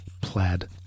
plaid